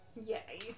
Yay